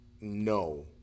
no